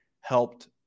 helped